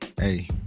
Hey